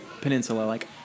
peninsula-like